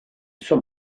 sua